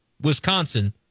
Wisconsin